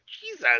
jesus